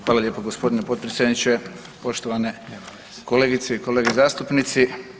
Hvala lijepo gospodine potpredsjedniče, poštovane kolegice i kolege zastupnici.